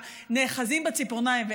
הם נאחזים בציפורניים.